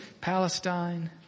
Palestine